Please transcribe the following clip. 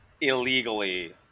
illegally